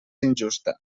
injusta